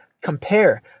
compare